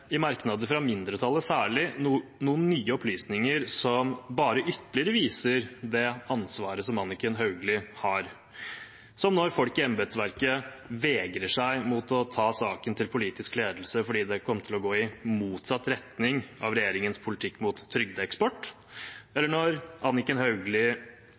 i merknader, fra mindretallet særlig, noen nye opplysninger som bare ytterligere viser det ansvaret som Anniken Hauglie har, som når folk i embetsverket vegrer seg mot å ta saken til politisk ledelse fordi det kommer til å gå i motsatt retning av regjeringens politikk mot trygdeeksport, eller når Anniken Hauglie